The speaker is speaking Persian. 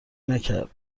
نکرد